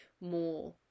more